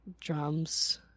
drums